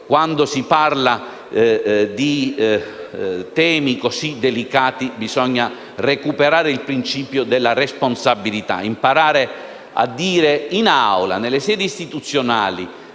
Quando si parla di beni così delicati bisogna recuperare il principio di responsabilità, imparando in Aula e nelle sedi istituzionali